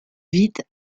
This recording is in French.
vite